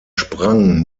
sprang